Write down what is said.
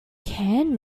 can